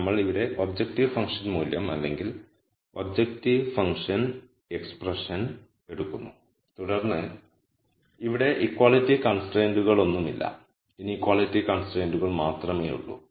നമ്മൾ ഇവിടെ objective function മൂല്യം അല്ലെങ്കിൽ ഒബ്ജക്റ്റീവ് ഫംഗ്ഷൻ എക്സ്പ്രഷൻ എടുക്കുന്നു തുടർന്ന് ഇവിടെ ഇക്വാളിറ്റി കൺസ്ട്രൈന്റുകളൊന്നുമില്ല ഇനീക്വളിറ്റി കൺസ്ട്രെന്റുകൾ മാത്രമേയുള്ളൂ